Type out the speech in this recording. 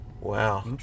Wow